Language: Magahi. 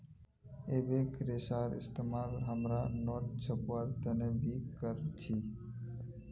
एबेक रेशार इस्तेमाल हमरा नोट छपवार तने भी कर छी